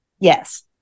Yes